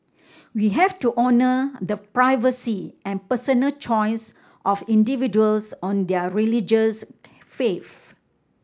we have to honour the privacy and personal choice of individuals on their religious faith